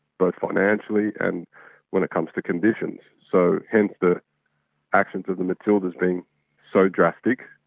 both financially and when it comes to conditions. so hence the actions of the matildas being so drastic.